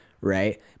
right